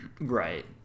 Right